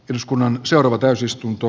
eduskunnan seuraava täysistunto